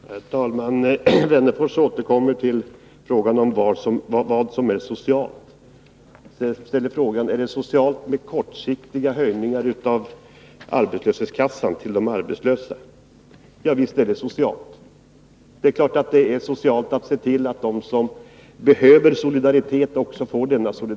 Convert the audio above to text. Herr talman! Alf Wennerfors återkommer till resonemanget om vad som är socialt och ställer frågan: Är det socialt med kortsiktiga höjningar av ersättningen till de arbetslösa? Ja, visst är det socialt. Det är klart att det är socialt att se till att de som behöver solidaritet också får den.